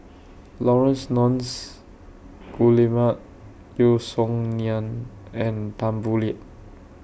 Laurence Nunns Guillemard Yeo Song Nian and Tan Boo Liat